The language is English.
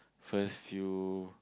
first few